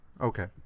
Okay